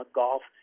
golf